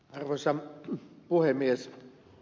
arvoisa puhemies